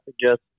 suggest